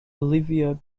olivia